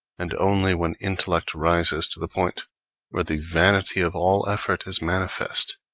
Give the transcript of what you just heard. and only when intellect rises to the point where the vanity of all effort is manifest,